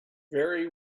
very